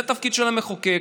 זה התפקיד של המחוקק,